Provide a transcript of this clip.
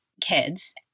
kids